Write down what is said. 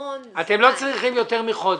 אתם לא צריכים יותר מחודש.